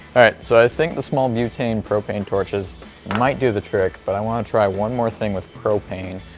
alright, so i think the small butane propane torches might do the trick, but i want to try one more thing with propane,